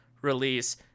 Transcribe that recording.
release